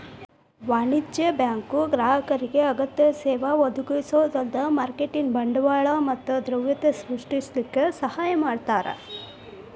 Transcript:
ವಾಣಿಜ್ಯ ಬ್ಯಾಂಕು ಗ್ರಾಹಕರಿಗೆ ಅಗತ್ಯ ಸೇವಾ ಒದಗಿಸೊದ ಅಲ್ದ ಮಾರ್ಕೆಟಿನ್ ಬಂಡವಾಳ ಮತ್ತ ದ್ರವ್ಯತೆ ಸೃಷ್ಟಿಸಲಿಕ್ಕೆ ಸಹಾಯ ಮಾಡ್ತಾರ